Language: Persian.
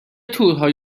تورهای